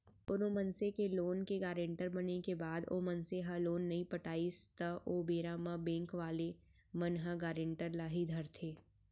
कोनो मनसे के लोन के गारेंटर बने के बाद ओ मनसे ह लोन नइ पटाइस त ओ बेरा म बेंक वाले मन ह गारेंटर ल ही धरथे